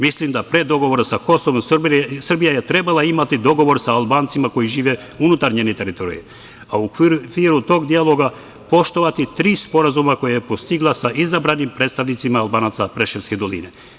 Mislim da pre dogovora sa Kosovom Srbija je trebala imati dogovor sa Albancima koji žive unutar njene teritorije, a u okviru tog dijaloga poštovati tri sporazuma koje je postigla sa izabranim predstavnicima Albancima Preševske doline.